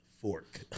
fork